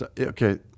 Okay